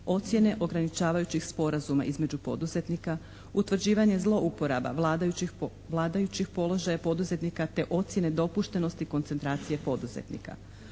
ocjene ograničavajućih sporazuma između poduzetnika, utvrđivanje zlouporaba vladajućih položaja poduzetnika te ocjene dopuštenosti koncentracije poduzetnika.